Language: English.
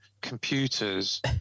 computers